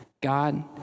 God